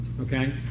okay